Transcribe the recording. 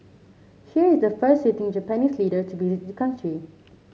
here is the first sitting Japanese leader to be visit these country